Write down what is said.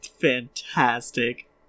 Fantastic